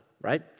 right